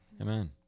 Amen